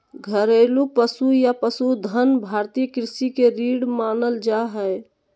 घरेलू पशु या पशुधन भारतीय कृषि के रीढ़ मानल जा हय